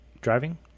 driving